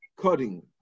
cutting